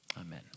Amen